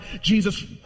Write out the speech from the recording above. Jesus